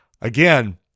again